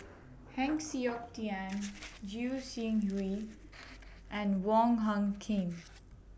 Heng Siok Tian Goi Seng Hui and Wong Hung Khim